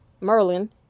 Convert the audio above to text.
Merlin